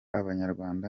abanyarwanda